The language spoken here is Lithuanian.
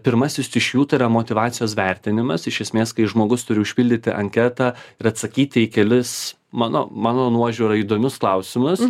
pirmasis iš jų tai yra motyvacijos vertinimas iš esmės kai žmogus turi užpildyti anketą ir atsakyti į kelis mano mano nuožiūra įdomius klausimus